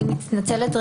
אני מתנצלת.